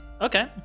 Okay